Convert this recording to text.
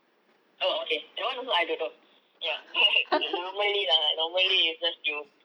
oh okay that one also I don't know but normally lah normally is just you